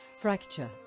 Fracture